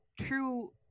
true